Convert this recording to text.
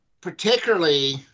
Particularly